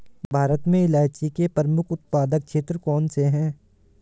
भारत में इलायची के प्रमुख उत्पादक क्षेत्र कौन से हैं?